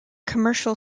commercial